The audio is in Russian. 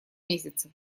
месяце